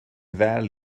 ddel